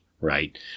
right